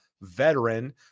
veteran